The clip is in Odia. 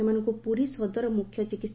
ସେମାନଙ୍କୁ ପୁରୀ ସଦର ମୁଖ୍ୟ ଚିକସ୍